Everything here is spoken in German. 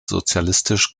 sozialistisch